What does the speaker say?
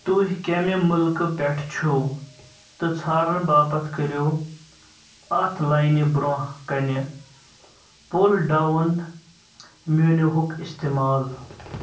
تُہۍ كمہِ ملكہٕ پیٹھ چھِو تہِ ژھارنہٕ باپت كٔرِو اَتھ لاینہِ برٛونٛہہ كَنہِ پُل ڈاوُن مینوہُک استعمال